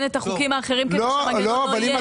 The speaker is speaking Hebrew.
את החוקים האחרים כדי שהמנגנון לא יהיה.